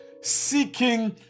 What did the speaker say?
seeking